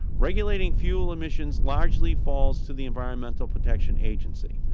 regulating fuel emissions largely falls to the environmental protection agency.